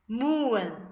moon